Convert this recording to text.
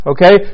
Okay